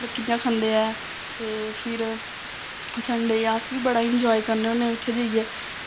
ते कि'यां खंदे ऐ ते फिर संडे ई अस बी बड़ा एंजाय करने होन्ने उत्थें जाइयै